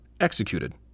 executed